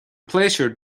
pléisiúr